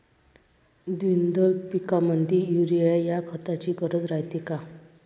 द्विदल पिकामंदी युरीया या खताची गरज रायते का?